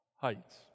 heights